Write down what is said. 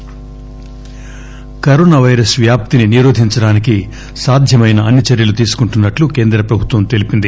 corona virus corona virus వ్యాధిని నిరోధించడానికి సాధ్యమైన అన్ని చర్యలు తీసుకుంటున్నట్లు కేంద్ర ప్రభుత్వం తెలిపింది